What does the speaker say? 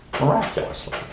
Miraculously